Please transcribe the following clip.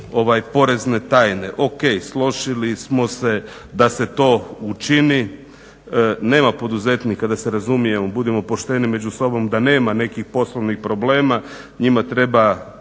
porezne tajne. Ok, složili smo se da se to učini. Nema poduzetnika da se razumijemo, budimo pošteni među sobom da nema nekih poslovnih problema, njima treba